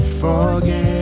forget